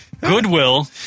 Goodwill